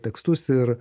tekstus ir